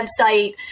website